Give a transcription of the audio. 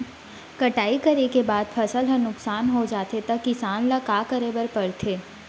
कटाई करे के बाद फसल ह नुकसान हो जाथे त किसान ल का करे बर पढ़थे?